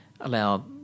allow